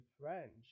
French